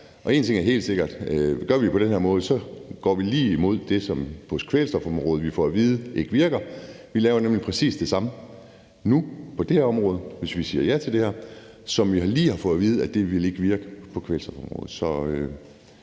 retning af det, som vi får at vide ikke virker på kvælstofområdet. Vi laver nemlig præcis det samme nu på det her område, hvis vi siger ja til det her, som vi lige har fået at vide ikke virker på kvælstofområde.